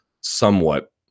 somewhat